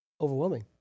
Overwhelming